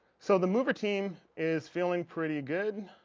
so the mover team is feeling pretty good